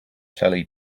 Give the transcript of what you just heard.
telly